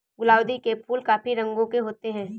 गुलाउदी के फूल काफी रंगों के होते हैं